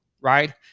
right